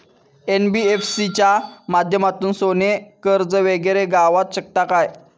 NBFC च्या माध्यमातून सोने कर्ज वगैरे गावात शकता काय?